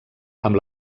amb